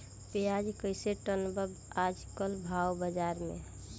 प्याज कइसे टन बा आज कल भाव बाज़ार मे?